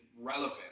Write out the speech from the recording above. relevant